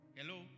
Hello